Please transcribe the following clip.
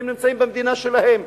הם נמצאים במדינה שלהם.